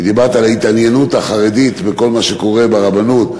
כי דיברת על ההתעניינות החרדית בכל מה שקורה ברבנות.